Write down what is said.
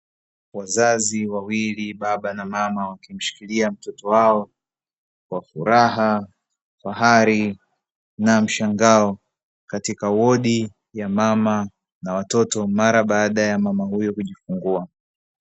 Wazazi wawili (baba na mama) wakimshikilia mtoto wao kwa furaha, fahari na mshangao; katika wodi ya mama na watoto mara baada ya mama huyo kujifungua.